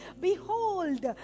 behold